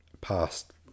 past